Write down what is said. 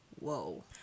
Whoa